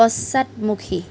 পশ্চাদমুখী